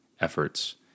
efforts